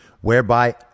whereby